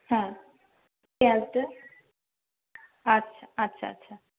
হ্যাঁ আচ্ছা আচ্ছা আচ্ছা